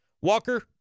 Walker